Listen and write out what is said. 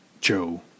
Joe